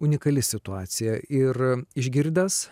unikali situacija ir išgirdęs